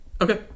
Okay